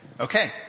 okay